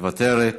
מוותרת,